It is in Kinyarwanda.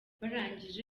barangije